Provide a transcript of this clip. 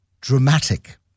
dramatic